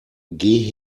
geh